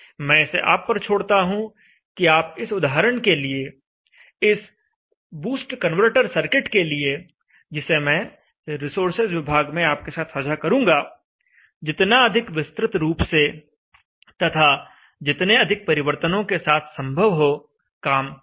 मैं इसे आप पर छोड़ता हूं कि आप इस उदाहरण के लिए इस बूस्ट कन्वर्टर सर्किट के लिए जिसे मैं रिसोर्सेज विभाग में आपके साथ साझा करूंगा जितना अधिक विस्तृत रूप से तथा जितने अधिक परिवर्तनों के साथ संभव हो काम करें